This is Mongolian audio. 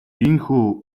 ийнхүү